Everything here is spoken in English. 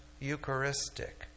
Eucharistic